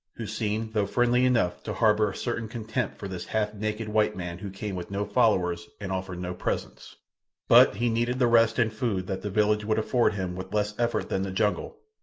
who seemed, though friendly enough, to harbour a certain contempt for this half-naked white man who came with no followers and offered no presents but he needed the rest and food that the village would afford him with less effort than the jungle,